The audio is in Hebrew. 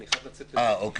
כי אני חייב לצאת לישיבה קצרה.